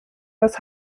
das